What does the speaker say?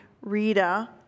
Rita